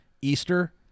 Easter